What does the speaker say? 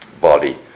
body